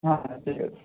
হ্যাঁ হ্যাঁ ঠিক আছে